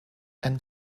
and